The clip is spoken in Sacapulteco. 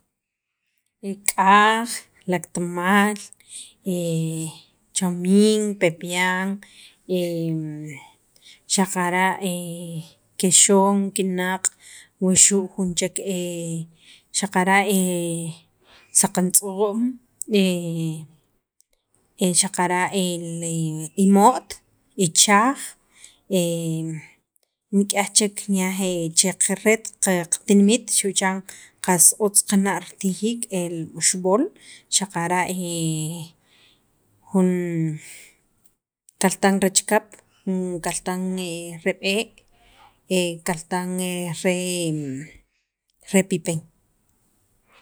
k'aj, laktamaal, chomin, pepian xaqara' kexon, kinaq' wuxu' jun chek xaqara' saqantz'om xaqara' el imo't ichaj, nik'aj chek ret qatinimit xu' chan qas otz qana' ritijiik b'oxb'ol xaqara' jun kaltan re chikap kaltan re b'e', kaltan re re pipen.